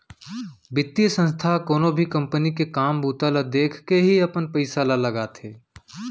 बितीय संस्था ह कोनो भी कंपनी के काम बूता ल देखके ही अपन पइसा ल लगाथे